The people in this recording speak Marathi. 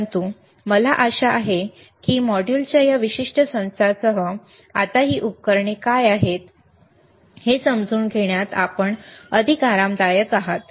परंतु मला आशा आहे की मॉड्यूलच्या या विशिष्ट संचासह आता ही उपकरणे काय आहेत हे समजून घेण्यात आपण अधिक आरामदायक आहात